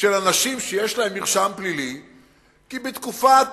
של אנשים שיש להם מרשם פלילי כי בתקופת